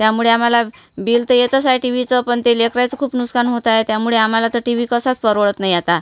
त्यामुळे आम्हाला बिल तर येतंच आहे टी वीचं पण ते लेकराचं खूप नुकसान होत आहे त्यामुळे आम्हाला तर टी वी कसाच परवडत नाही आता